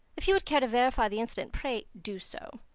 if you would care to verify the incident, pray do so.